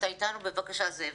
בבקשה זאב.